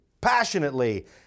passionately